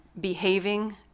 behaving